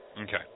Okay